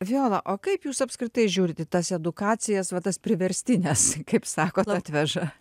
viola o kaip jūs apskritai žiūrit į tas edukacijas va tas priverstines kaip sakot atveža